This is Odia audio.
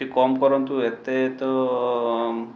ଟିକେ କମ୍ କରନ୍ତୁ ଏତେ ତ